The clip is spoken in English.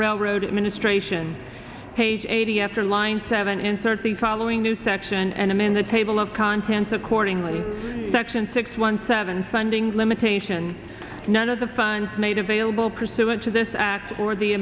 railroad administration page eighty after line seven insert the following new section and him in the table of contents accordingly section six one seven funding limitation none of the finds made available pursuant to this act or the